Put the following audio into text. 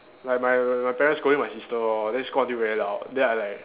like my my my parents scolding my sister lor then scold until very loud then I like